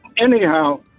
Anyhow